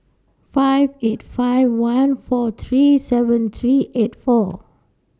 five eight five one four three seven three eight four